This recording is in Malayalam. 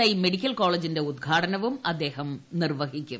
ഐ മെഡിക്കൽ കോളേജിന്റെ ഉദ്ഘാടനവും അദ്ദേഹം നിർവ്വഹിക്കും